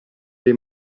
dei